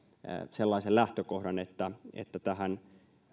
sellaisen lähtökohdan että tähän